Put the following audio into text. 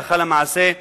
הלכה למעשה,